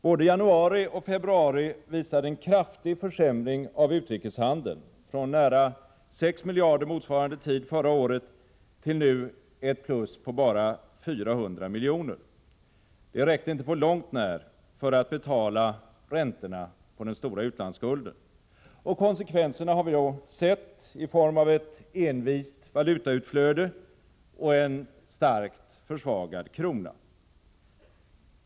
Både januari och februari visar en kraftig försämring av utrikeshandeln, från ett plus på nära 6 miljarder motsvarande tid förra året till nu ett plus på bara 400 miljoner. Det räckte inte på långt när för att betala räntorna på den stora utlandsskulden. Konsekvenserna har vi sett, i form av ett envist valutautflöde och en starkt försvagad krona.